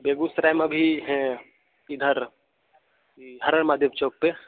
बेगूसराय में अभी हैं इधर ये हर हर महादेव चौक पर